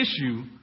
issue